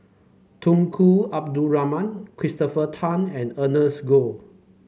Tunku Abdul Rahman Christopher Tan and Ernest Goh